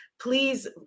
please